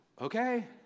okay